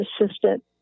assistant